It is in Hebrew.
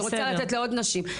אני רוצה לתת לעוד נשים.